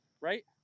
right